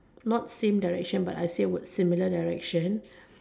not same direction but I say would similar direction